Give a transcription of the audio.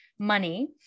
money